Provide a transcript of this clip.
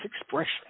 expression